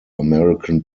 american